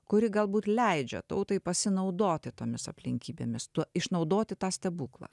kuri galbūt leidžia tautai pasinaudoti tomis aplinkybėmis tuo išnaudoti tą stebuklą